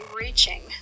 reaching